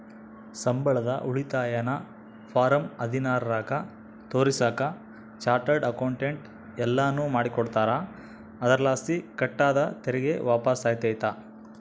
ಸಂಬಳದ ಉಳಿತಾಯನ ಫಾರಂ ಹದಿನಾರರಾಗ ತೋರಿಸಾಕ ಚಾರ್ಟರ್ಡ್ ಅಕೌಂಟೆಂಟ್ ಎಲ್ಲನು ಮಾಡಿಕೊಡ್ತಾರ, ಅದರಲಾಸಿ ಕಟ್ ಆದ ತೆರಿಗೆ ವಾಪಸ್ಸಾತತೆ